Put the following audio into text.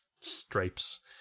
stripes